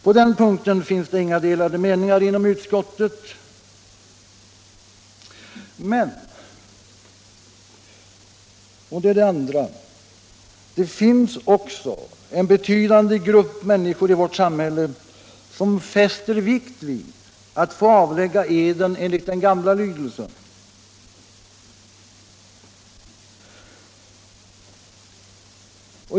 På den punkten finns det inga delade meningar inom utskottet. Men det finns också en betydande grupp människor i vårt samhälle som fäster stor vikt vid att få avlägga eden enligt den gamla lydelsen.